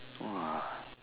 !wah!